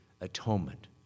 atonement